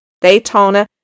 daytona